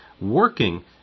working